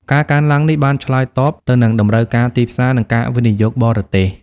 ការកើនឡើងនេះបានឆ្លើយតបទៅនឹងតម្រូវការទីផ្សារ និងការវិនិយោគបរទេស។